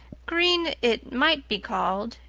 green it might be called,